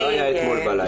זה לא היה אתמול בלילה,